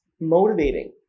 motivating